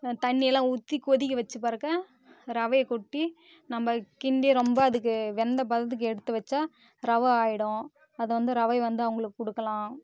தண்ணியெல்லாம் ஊற்றி கொதிக்க வைச்ச பிறகு ரவையை கொட்டி நம்ம கிண்டி ரொம்ப அதுக்கு வெந்த பதத்துக்கு எடுத்து வைச்சா ரவை ஆகிடும் அதை வந்து ரவையை வந்து அவர்களுக்கு கொடுக்கலாம்